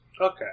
Okay